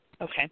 Okay